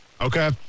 Okay